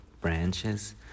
branches